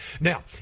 Now